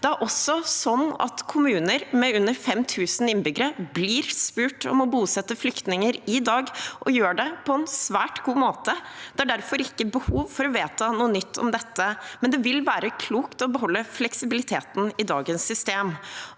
kriteriene. Også kommuner med under 5 000 innbyggere blir spurt om å bosette flyktninger i dag, og de gjør det på en svært god måte. Det er derfor ikke behov for å vedta noe nytt om dette, men det vil være klokt å beholde fleksibiliteten i dagens system.